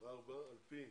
החלטה רביעית על פי